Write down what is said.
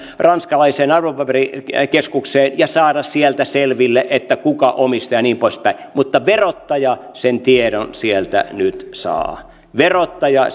ranskalaiseen arvopaperikeskukseen ja saada sieltä selville kuka omistaa ja niin poispäin mutta verottaja sen tiedon sieltä nyt saa verottaja